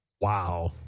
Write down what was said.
wow